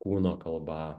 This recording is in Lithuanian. kūno kalba